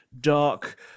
dark